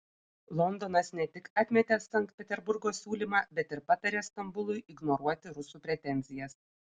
londonas ne tik atmetė sankt peterburgo siūlymą bet ir patarė stambului ignoruoti rusų pretenzijas